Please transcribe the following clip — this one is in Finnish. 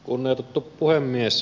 kunnioitettu puhemies